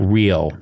real